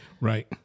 Right